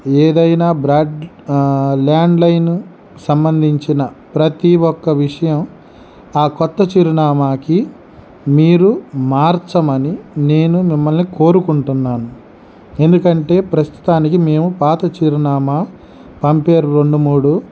ఏదైనా broad landline సంబందించిన ప్రతి ఒక్క విషయం ఆ కొత్త చిరునామకి మీరు మార్చమని నేను మిమ్మల్ని కోరుకుంటున్నాను ఎందుకంటే ప్రస్తుతానికి మేము పాత చిరునామా పంపేరు రెండు మూడు